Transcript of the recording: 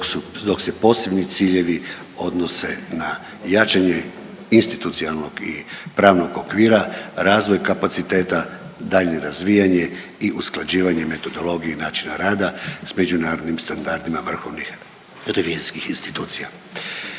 dok se posebni ciljevi odnose na jačanje institucionalnog i pravnog okvira, razvoj kapaciteta, daljnje razvijanje i usklađivanje metodologije načina rada s međunarodnim standardima vrhovnih revizijskih institucija,